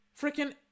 freaking